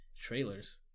trailers